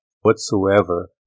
whatsoever